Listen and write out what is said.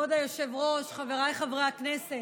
כבוד היושב-ראש, חבריי חברי הכנסת,